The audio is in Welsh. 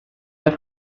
eich